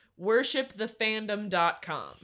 WorshipTheFandom.com